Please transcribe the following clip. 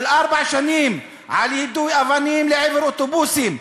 של ארבע שנים על יידוי אבנים לעבר אוטובוסים.